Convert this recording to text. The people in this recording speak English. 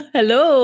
Hello